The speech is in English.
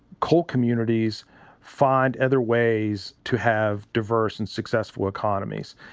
coal communities find other ways to have diverse and successful economies.